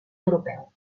europeu